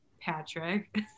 Patrick